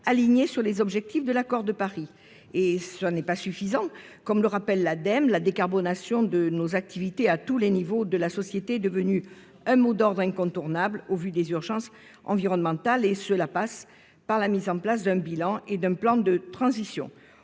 alignée sur les objectifs de l'accord de Paris. C'est insuffisant. Comme le souligne l'Ademe, la décarbonation de nos activités à tous les niveaux de la société est devenue un mot d'ordre incontournable au vu des urgences environnementales. Elle nécessite la mise en place d'un bilan et d'un plan de transition.